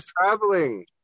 traveling